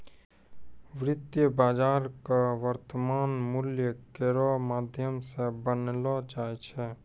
वित्तीय बाजार क वर्तमान मूल्य केरो माध्यम सें बनैलो जाय छै